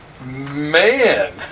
Man